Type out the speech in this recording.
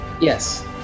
Yes